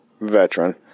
veteran